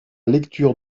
lecture